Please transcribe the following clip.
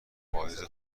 پاییز